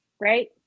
right